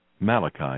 Malachi